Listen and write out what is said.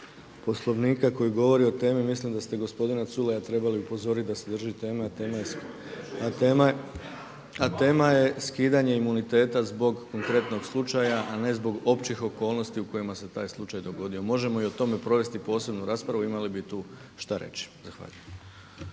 Poslovnika koji govori o temi. Mislim da ste gospodina Culeja trebali upozoriti da se drži teme, a tema je skidanje imuniteta zbog konkretnog slučaja, na ne zbog općih okolnosti u kojima se taj slučaj dogodio. Možemo o tome provesti posebnu raspravu imali bi tu šta reći.